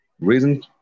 Reason